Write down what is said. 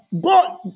God